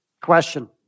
Question